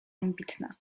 ambitna